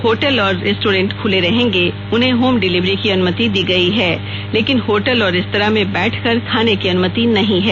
hotel और restaurant खुले रहेंगे उन्हें होम डिलीवरी को अनुमति दी गई है लेकिन होटल और रेस्तरां में बैठकर खाने की अनुमति नहीं है